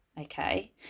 okay